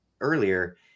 earlier